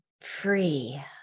free